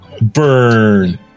burn